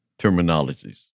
terminologies